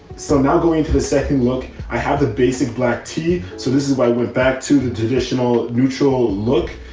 so now going into the second look, i have the basic black tea. so this is why i went back to the traditional neutral look.